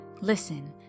listen